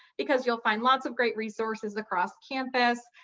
because you'll find lots of great resources across campus,